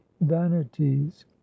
vanities